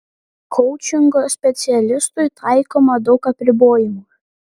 koučingo specialistui taikoma daug apribojimų